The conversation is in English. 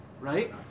Right